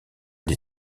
des